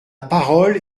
parole